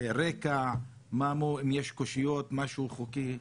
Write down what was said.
רקע, אם יש קושיות, משהו חוקי.